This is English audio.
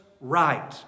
right